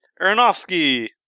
Aronofsky